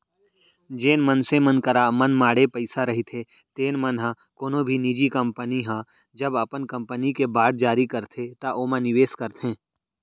जेन मनसे मन करा मनमाड़े पइसा रहिथे तेन मन ह कोनो भी निजी कंपनी ह जब अपन कंपनी के बांड जारी करथे त ओमा निवेस करथे